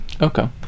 Okay